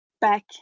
back